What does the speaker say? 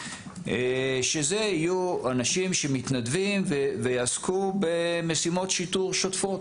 שאלה יהיו אנשים שהם מתנדבים ויעסקו במשימות שיטור שוטפות,